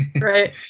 Right